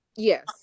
Yes